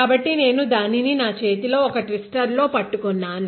కాబట్టి నేను దానిని నా చేతిలో ఒక ట్విస్టర్లో పట్టుకున్నాను